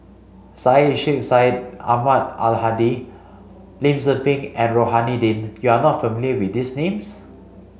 Syed Sheikh Syed Ahmad Al Hadi Lim Tze Peng and Rohani Din you are not familiar with these names